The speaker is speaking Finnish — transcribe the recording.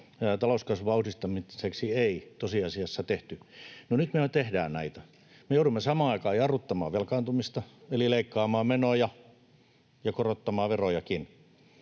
talouskasvun vauhdittamiseksi ei tosiasiassa tehty. No, nyt me tehdään näitä. Me joudumme samaan aikaan jarruttamaan velkaantumista eli leikkaamaan menoja ja korottamaan verojakin,